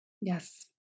Yes